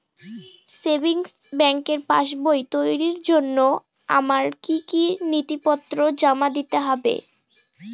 Savings ব্যাংকের পাসবই তৈরির জন্য আমার কি কি নথিপত্র জমা দিতে হবে?